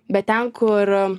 bet ten kur